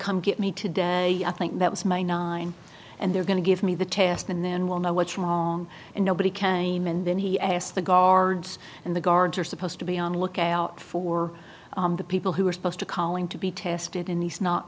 come get me today i think that was my nine and they're going to give me the test and then we'll know what's wrong and nobody can and then he asked the guards and the guards are supposed to be on the lookout for the people who are supposed to calling to be tested in these not